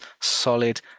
solid